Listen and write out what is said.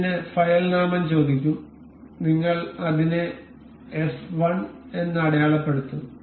ഇതിന് ഫയൽ നാമം ചോദിക്കും നിങ്ങൾ അതിനെ f 1 എന്ന് അടയാളപ്പെടുത്തും